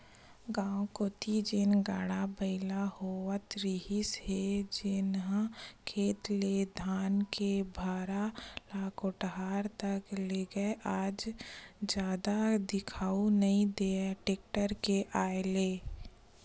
गाँव कोती जेन गाड़ा बइला होवत रिहिस हे जेनहा खेत ले धान के भारा ल कोठार तक लेगय आज जादा दिखउल नइ देय टेक्टर के आय ले